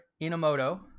Inamoto